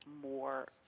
more